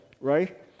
right